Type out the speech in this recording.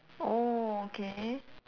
oh K